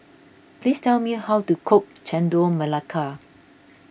please tell me how to cook Chendol Melaka